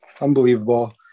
unbelievable